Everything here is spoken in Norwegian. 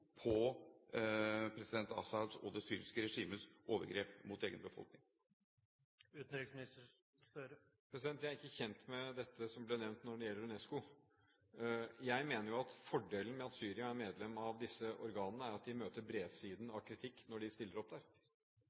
på president al-Assads og det syriske regimets overgrep mot egen befolkning? Jeg er ikke kjent med dette som ble nevnt når det gjelder UNESCO. Jeg mener jo at fordelen med at Syria er medlem av disse organene, er at de møter bredsiden av kritikk når de stiller opp der.